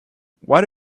why